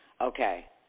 Okay